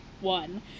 One